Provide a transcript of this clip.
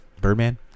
Birdman